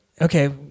Okay